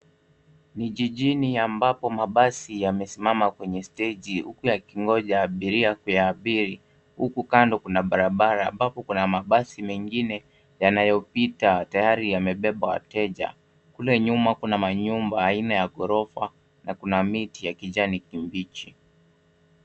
Ni jijini ambapo mabasi yamesimama kwenye huku yakingoja abiria kuyaabiri huka kando kuna barabara ambapo kuna mabasi mengine yanayopita tayari yamebeba wateja. Kule nyuma kuna manyumba aina ya ghorofa na kuna miti ya kijani kibichi.